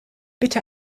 bitte